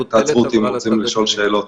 ותעצרו אותי אם אתם רוצים לשאול שאלות.